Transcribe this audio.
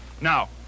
Now